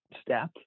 step